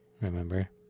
Remember